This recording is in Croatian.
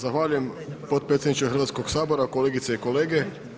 Zahvaljujem potpredsjedniče Hrvatskog sabora, kolegice i kolege.